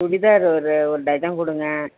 சுடிதார் ஒரு ஒரு டஜன் கொடுங்க